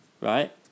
right